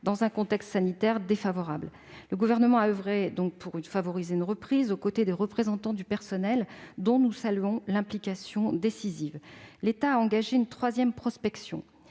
dans un contexte sanitaire défavorable. Le Gouvernement a oeuvré pour favoriser une reprise, aux côtés des représentants du personnel, dont nous saluons l'implication décisive. L'État a engagé une troisième prospection